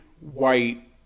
white